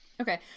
Okay